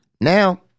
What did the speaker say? Now